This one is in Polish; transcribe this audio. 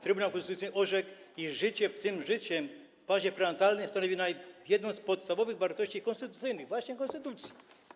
Trybunał Konstytucyjny orzekł, iż życie, w tym życie w fazie prenatalnej, stanowi jedną z podstawowych wartości konstytucyjnych, właśnie konstytucji.